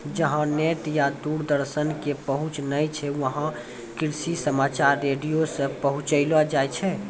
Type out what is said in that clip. जहां नेट या दूरदर्शन के पहुंच नाय छै वहां कृषि समाचार रेडियो सॅ पहुंचैलो जाय छै